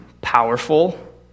powerful